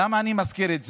למה אני מזכיר את זה?